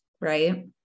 right